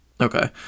Okay